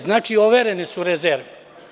Znači, overene su rezerve.